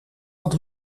had